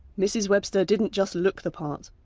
mrs webster didn't just look the part,